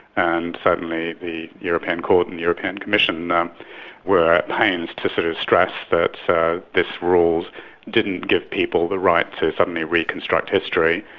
and certainly the european court and european commission were at pains to sort of stress that so this rule didn't give people the right to suddenly reconstruct history.